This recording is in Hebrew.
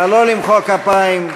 נא לא למחוא כפיים.